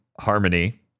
Harmony